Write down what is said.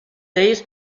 ells